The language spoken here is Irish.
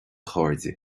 chairde